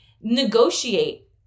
negotiate